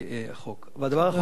והדבר האחרון שאני רוצה לומר,